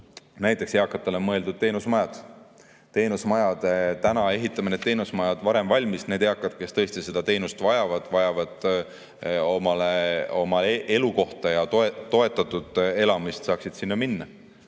Näiteks, eakatele mõeldud teenusmajad. Ehitame need teenusmajad varem valmis, et need eakad, kes tõesti seda teenust vajavad, kes vajavad omale oma elukohta ja toetatud elamist, saaksid sinna minna.